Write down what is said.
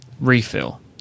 refill